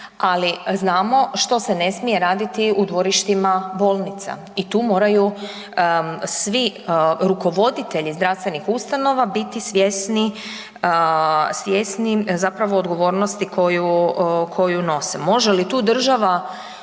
ali znamo što se ne smije raditi u dvorištima bolnica i tu moraju svi rukovoditelji zdravstvenih ustanova biti svjesni, svjesni zapravo odgovornosti koju nose. Može li tu država